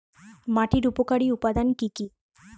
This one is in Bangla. মাটির উপকারী উপাদান কি কি?